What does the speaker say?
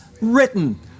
written